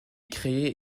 créé